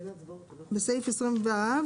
בסעיף 20ו,